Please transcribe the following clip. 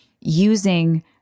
using